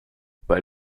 weil